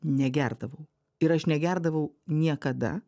negerdavau ir aš negerdavau niekada